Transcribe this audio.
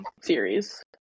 series